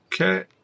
Okay